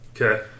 okay